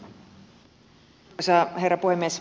arvoisa herra puhemies